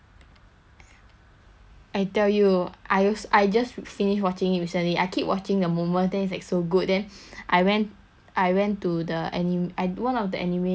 I tell you I os~ I just finished watching it recently I keep watching the moments then it's like so good then I went I went to the anim~ I one of the anime what is it called ah